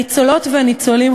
הניצולות והניצולים,